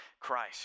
christ